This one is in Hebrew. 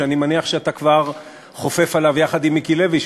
ואני מניח שאתה כבר חופף לגביו יחד עם מיקי לוי,